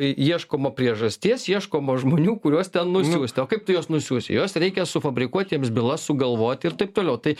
ieškoma priežasties ieškoma žmonių kuriuos ten nusiųst o kaip tu juos nusiųsi juos reikia sufabrikuot jiems bylas sugalvoti ir taip toliau tai